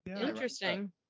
Interesting